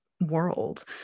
world